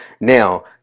now